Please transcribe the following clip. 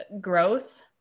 growth